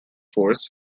forest